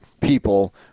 people